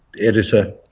editor